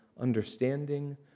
understanding